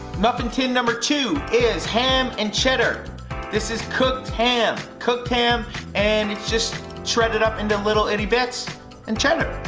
muffin tin number two is ham and cheddar this is cooked ham cooked ham and it's just shredded up into little itty bits and cheddar.